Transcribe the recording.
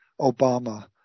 Obama